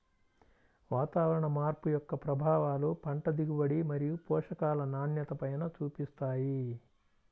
వాతావరణ మార్పు యొక్క ప్రభావాలు పంట దిగుబడి మరియు పోషకాల నాణ్యతపైన చూపిస్తాయి